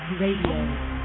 Radio